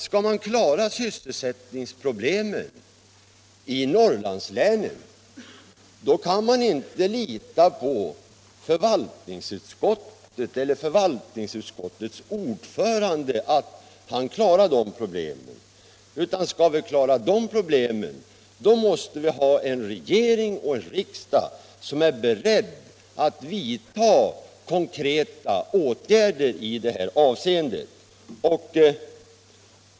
Skall man klara sysselsättningsproblemen i Norrlandslänen, då kan man inte lita till förvaltningsutskottet eller förvaltningsutskottets ordförande, utan då måste vi ha en regering och en riksdag som är beredda att vidta konkreta åtgärder.